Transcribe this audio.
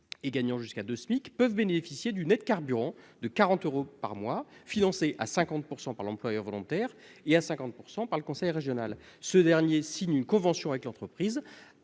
qui gagnent jusqu'à deux fois le SMIC peuvent bénéficier d'une aide carburant de 40 euros par mois, financée à 50 % par l'employeur volontaire et à 50 % par le conseil régional. Ce dernier signe une convention avec l'entreprise